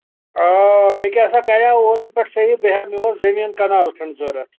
آ مےٚ کیٛاہ سا کَریٛاو اوترٕ پٮ۪ٹھٕ صحیح بہٕ ہٮ۪مہٕ یور زٔمیٖن کَنال کھنٛڈ ضروٗرت